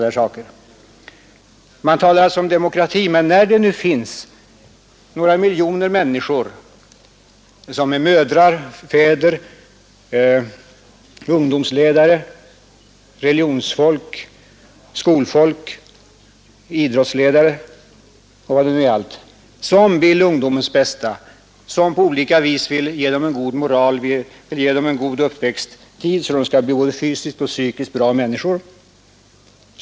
Det finns nu några miljoner människor — mödrar, fäder, ungdomsledare, religiöst folk, skolfolk, idrottsledare och vad allt det nu är — som vill ungdomens bästa och på olika vis vill ge ungdomarna en god moral och en god uppväxttid, så att de skall bli både fysiskt och psykiskt bra människor.